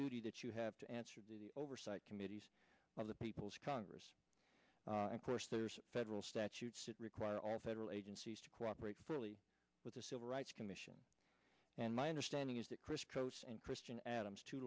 duty that you have to answer to the oversight committees of the people's congress and course there's federal statutes that require all federal agencies to cooperate fully with the civil rights commission and my understanding is that chris coats and christian adams two